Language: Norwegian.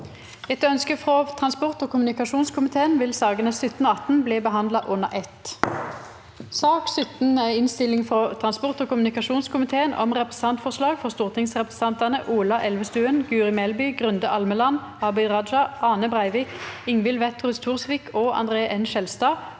Etter ønske frå transport- og kommunikasjonskomiteen vil sakene nr. 17 og 18 bli behandla under eitt. S ak nr. 17 Innstilling fra transport- og kommunikasjonskomi- teen om Representantforslag fra stortingsrepresentan- tene Ola Elvestuen, Guri Melby, Grunde Almeland, Abid Raja, Ane Breivik, Ingvild Wetrhus Thorsvik og André N.